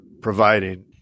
providing